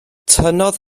tynnodd